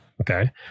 Okay